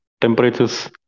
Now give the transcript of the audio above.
temperatures